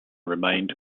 remained